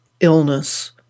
illness